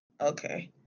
Okay